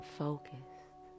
focused